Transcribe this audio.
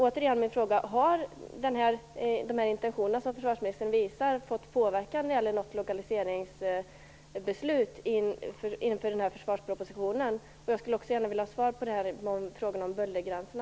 Återigen blir min fråga: Har de intentioner som försvarsministern visar fått påverka något lokaliseringsbeslut inför försvarspropositionen? Jag vill också gärna ha svar på frågan jag ställde om bullergränserna.